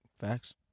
Facts